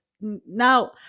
Now